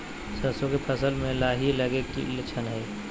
सरसों के फसल में लाही लगे कि लक्षण हय?